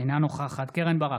אינה נוכחת קרן ברק,